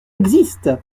existent